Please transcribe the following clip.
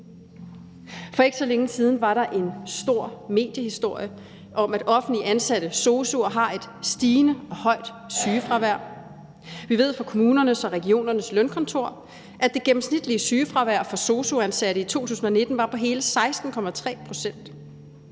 For ikke så længe siden var der en stor mediehistorie om, at offentligt ansatte sosu'er har et stigende og højt sygefravær. Vi ved fra kommunernes og regionernes lønkontor, at det gennemsnitlige sygefravær for sosu-ansatte i 2019 var på hele 16,3 pct.